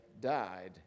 died